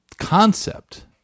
concept